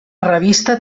revista